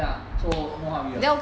ya so no hurry ah